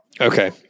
Okay